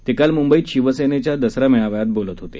ते काल मुंबईत शिवसेनेच्या दसरा मेळाव्यात बोलत होते